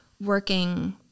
working